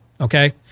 okay